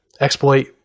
exploit